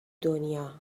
دنیا